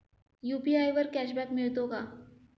UPI वर cashback मिळतो का?